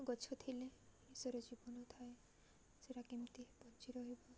ଗଛ ଥିଲେ ମଣିଷ ଜୀବନ ଥାଏ ସେଇଟା କେମିତି ବଞ୍ଚି ରହିବ